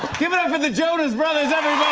give it up for the jonas brothers, ah